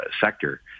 sector